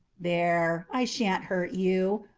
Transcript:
there, i shan't hurt you.